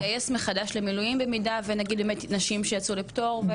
ולהתגייס מחדש למילואים במידה ויש נשים נגיד שיצאו לפטור?